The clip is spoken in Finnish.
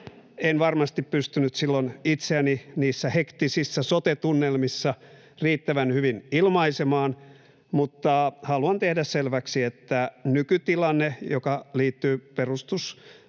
En varmasti pystynyt silloin itseäni niissä hektisissä sote-tunnelmissa riittävän hyvin ilmaisemaan, mutta haluan tehdä selväksi, että nykytilanne, joka liittyy perustuslain